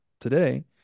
today